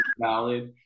valid